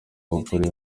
gukora